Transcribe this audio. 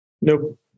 Nope